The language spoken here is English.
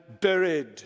buried